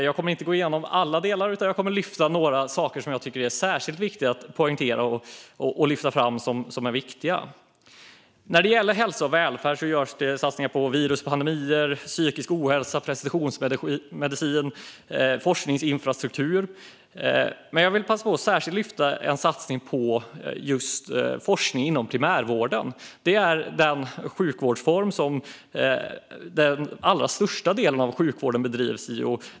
Jag kommer inte att gå igenom alla delar, utan jag kommer att lyfta upp några saker som jag tycker är särskilt viktiga att poängtera. När det gäller hälsa och välfärd görs satsningar inom virus och pandemier, psykisk ohälsa, precisionsmedicin, hälsodata och forskningsinfrastruktur. Jag vill passa på att särskilt lyfta fram en satsning på forskning inom primärvården. Det är den sjukvårdsform som den allra största delen av sjukvården bedrivs i.